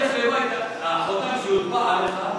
החותם יוטבע עליך.